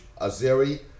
Azeri